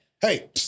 hey